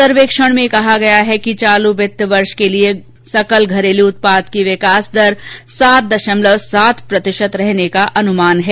सर्वेक्षण में कहा गया है कि चालू वित्त वर्ष के लिए सकल घरेलू उत्पाद की विकास दर सात दशमलव सात प्रतिशत रहने का अनुमान है